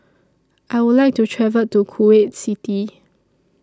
I Would like to travel to Kuwait City